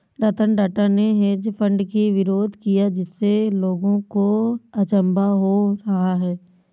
रतन टाटा ने hedge fund की विरोध किया जिससे लोगों को अचंभा हो रहा है